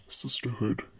sisterhood